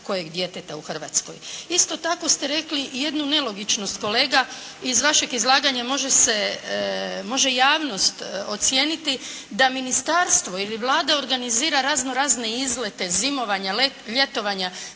kojeg djeteta u Hrvatskoj. Isto tako ste rekli jednu nelogičnost. Kolega, iz vašeg izlaganja može se, može javnost ocijeniti da ministarstvo ili Vlada organizira raznorazne izlete, zimovanja, ljetovanja